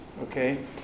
okay